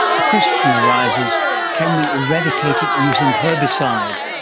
the question arises can we eradicate it using herbicides?